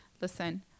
listen